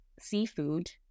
seafood